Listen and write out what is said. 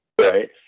right